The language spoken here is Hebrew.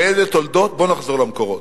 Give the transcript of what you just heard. ב"אלה תולדות", בוא ונחזור למקורות.